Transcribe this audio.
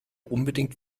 unbedingt